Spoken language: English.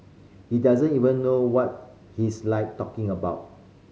he doesn't even know what he's like talking about